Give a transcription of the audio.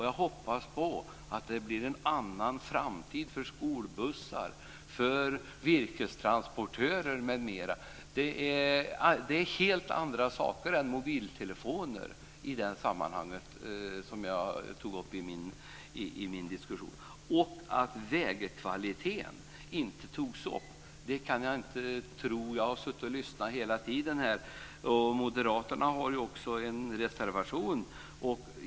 Jag hoppas att det blir en annan framtid för skolbussar, virkestransportörer m.m. Det är något helt annat än mobiltelefoner som jag tog upp i mitt inlägg. Att vägkvaliteten inte togs upp kan jag inte tro. Jag har lyssnat hela tiden. Moderaterna har ju också en reservation.